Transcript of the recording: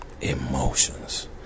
Emotions